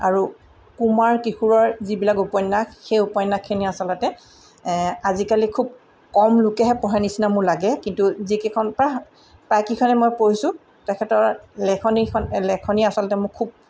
আৰু কুমাৰ কিশোৰৰ যিবিলাক উপন্যাস সেই উপন্যাসখিনি আচলতে আজিকালি খুব কম লোকেহে পঢ়াৰ নিচিনা মোৰ লাগে কিন্তু যিকেইখন প প্ৰায় কেইখনেই মই পঢ়িছোঁ তেখেতৰ লেখনিখন লেখনি আচলতে মোৰ খুব